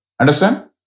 Understand